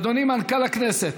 אדוני מנכ"ל הכנסת.